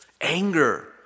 anger